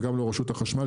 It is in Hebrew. וגם לא רשות החשמל,